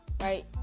right